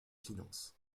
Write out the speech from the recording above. finances